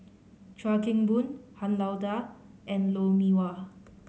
Chuan Keng Boon Han Lao Da and Lou Mee Wah